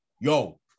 Yo